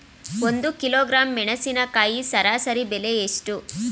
ಒಂದು ಕಿಲೋಗ್ರಾಂ ಮೆಣಸಿನಕಾಯಿ ಸರಾಸರಿ ಬೆಲೆ ಎಷ್ಟು?